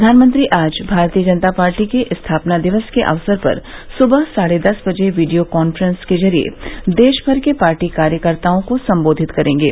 प्रधानमंत्री आज भारतीय जनता पार्टी के स्थापना दिवस के अवसर पर सुबह साढे दस बजे वीडियो कांफ्रेंस के जरिये देशभर के पार्टी कार्यकर्ताओं को संबोधित करेंगे